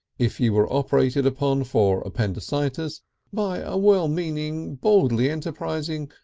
if you were operated upon for appendicitis by a well-meaning, boldly enterprising,